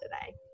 today